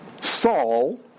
Saul